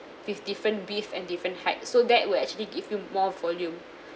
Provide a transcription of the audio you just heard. with different width and different height so that will actually give you more volume